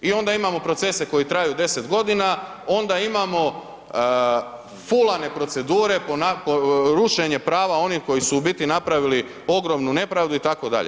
I onda imamo procese koji traju 10 godina, onda imamo fulane procedure, rušenje prava onih koji su u biti napravili ogromnu nepravdu itd.